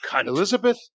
Elizabeth